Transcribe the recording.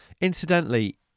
Incidentally